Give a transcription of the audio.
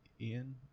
Ian